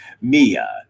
Mia